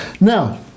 Now